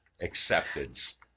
Acceptance